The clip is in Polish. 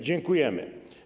Dziękujemy.